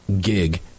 gig